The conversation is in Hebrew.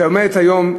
שעומדת היום,